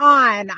on